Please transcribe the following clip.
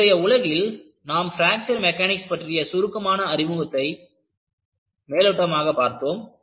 இன்றைய உலகில் நாம் பிராக்சர் மெக்கானிக்ஸ் பற்றிய சுருக்கமான அறிமுகத்தை மேலோட்டமாக பார்த்தோம்